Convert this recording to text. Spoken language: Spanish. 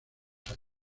años